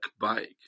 bike